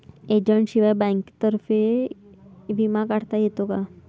एजंटशिवाय बँकेतर्फे विमा काढता येतो का?